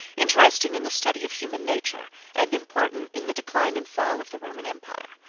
interesting in the study of human nature, and important in the decline and fall of the roman empire.